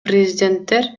президенттер